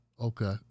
Okay